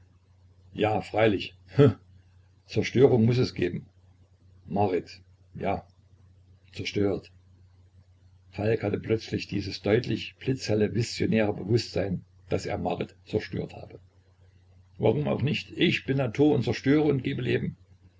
ja freilich hm zerstörung muß es geben marit ja zerstört falk hatte plötzlich dieses deutliche blitzhelle visionäre bewußtsein daß er marit zerstört habe warum auch nicht ich bin natur und zerstöre und gebe leben